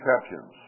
exceptions